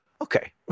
Okay